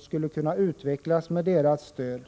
skulle kunna utvecklas med vpk:s stöd.